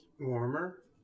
Warmer